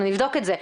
אנחנו נבדוק את זה.